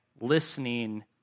listening